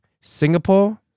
Singapore